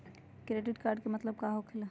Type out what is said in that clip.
Credit card के मतलब का होकेला?